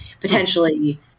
potentially